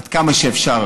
עד כמה שאפשר,